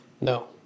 no